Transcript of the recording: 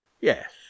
yes